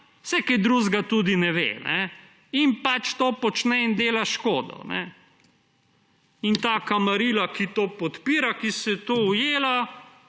saj kaj drugega tudi ne ve, pač to počne in dela škodo. In ta kamarila, ki to podpira, ki se je v to ujela,